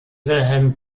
wilhelm